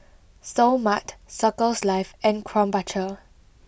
Seoul Mart Circles Life and Krombacher